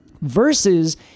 Versus